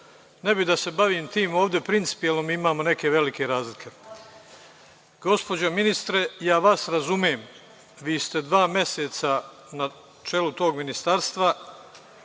Ne bih da se bavim tim ovde, principijelno mi imamo neke velike razlike. Gospođo ministre, ja vas razumem. Vi ste dva meseca na čelu tog ministarstva,